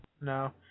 no